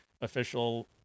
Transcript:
official